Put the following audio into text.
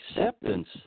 acceptance